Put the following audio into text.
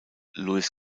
louis